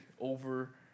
over